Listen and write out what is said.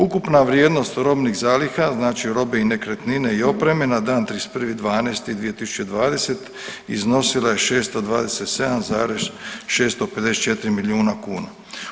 Ukupna vrijednost robnih zaliha, znači robe i nekretnine i opreme na dan 31.12.2020. iznosila je 627,654 milijuna kuna.